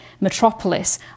metropolis